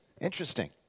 Interesting